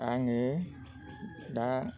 आङो दा